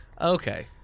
Okay